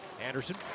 Anderson